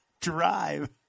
drive